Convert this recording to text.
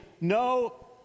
no